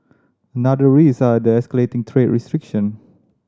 another risk are the escalating trade restriction